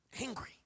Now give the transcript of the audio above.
angry